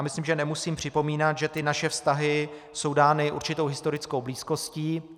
Myslím, že nemusím připomínat, že naše vztahy jsou dány určitou historickou blízkostí.